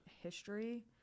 History